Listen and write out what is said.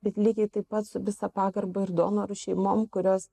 bet lygiai taip pat su visa pagarba ir donorų šeimom kurios